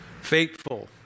Faithful